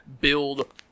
build